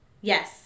Yes